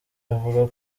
avuga